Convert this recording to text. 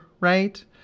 right